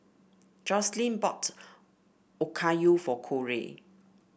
Jocelynn bought Okayu for Korey